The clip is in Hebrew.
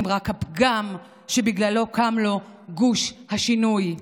הם רק הפגם שבגללו קם לו גוש השינוי,